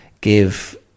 give